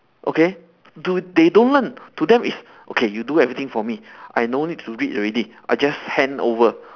okay do they don't learn to them is okay you do everything for me I no need to read already I just hand over